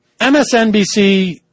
MSNBC